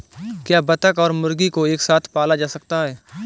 क्या बत्तख और मुर्गी को एक साथ पाला जा सकता है?